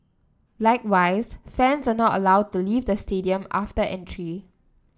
likewise fans are not allowed to leave the stadium after entry